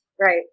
Right